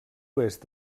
oest